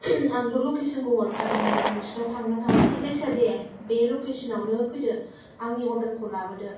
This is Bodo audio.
आंथ' लकेसनखौ हरखादोंमोन नोंसिनियाव थांदोंना थाङासै जायखि जाया दे बे लकेसनावनो फैदो आंनि अर्डारखौ लाबोदो